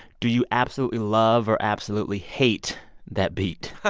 do you absolutely love or absolutely hate that beat? ah